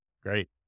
Great